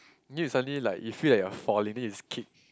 then you suddenly like you feel you are falling then you skip